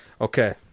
Okay